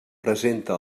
presenta